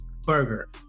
burger